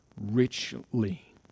richly